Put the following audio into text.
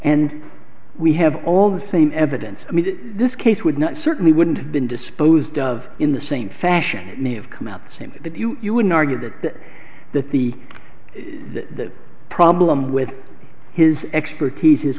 and we have all the same evidence i mean this case would not certainly wouldn't have been disposed of in the same fashion may have come out the same way that you you wouldn't argue that that the problem with his expertise his